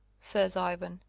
says ivan.